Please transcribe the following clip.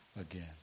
again